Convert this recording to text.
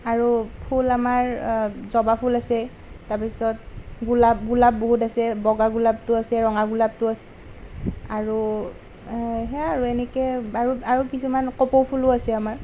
আৰু ফুল আমাৰ জবাফুল আছে তাৰপিছত গোলাপ গোলাপ বহুত আছে বগা গোলাপটো আছে ৰঙা গোলাপটো আছে আৰু সেয়াই আৰু এনেকৈ আৰু কিছুমান কপৌ ফুলো আছে আমাৰ